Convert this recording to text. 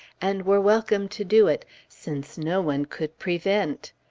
and were welcome to do it, since no one could prevent!